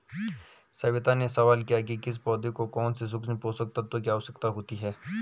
सविता ने सवाल किया कि किस पौधे को कौन से सूक्ष्म पोषक तत्व की आवश्यकता होती है